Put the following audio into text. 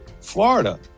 Florida